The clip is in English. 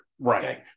Right